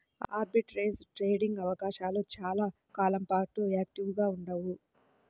arbitrage trading అవకాశాలు చాలా కాలం పాటు యాక్టివ్గా ఉండవు